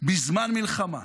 בזמן מלחמה.